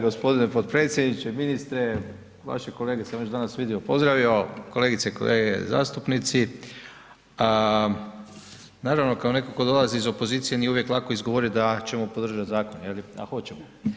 Gospodine potpredsjedniče, ministre vaše kolege sam već danas vidio pozdravio, kolegice i kolege zastupnici, naravno kao netko ko dolazi iz opozicije nije uvijek lako izgovoriti da ćemo podržat zakon je li, a hoćemo.